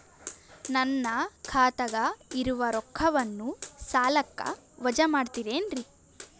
ನನ್ನ ಖಾತಗ ಇರುವ ರೊಕ್ಕವನ್ನು ಸಾಲಕ್ಕ ವಜಾ ಮಾಡ್ತಿರೆನ್ರಿ?